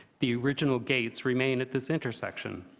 the original gates remain at this intersection.